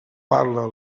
parla